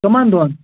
کٕمَن دۄہن